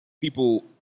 people